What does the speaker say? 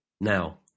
Now